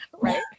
right